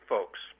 Folks